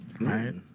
right